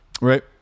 Right